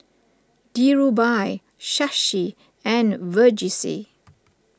Dhirubhai Shashi and Verghese